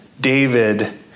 David